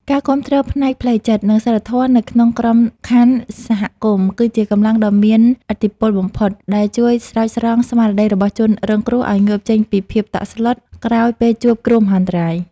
ការគាំទ្រផ្នែកផ្លូវចិត្ត និងសីលធម៌នៅក្នុងក្របខណ្ឌសហគមន៍ គឺជាកម្លាំងដ៏មានឥទ្ធិពលបំផុត ដែលជួយស្រោចស្រង់ស្មារតីរបស់ជនរងគ្រោះឱ្យងើបចេញពីភាពតក់ស្លុតក្រោយពេលជួបគ្រោះមហន្តរាយ។